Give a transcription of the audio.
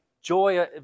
joy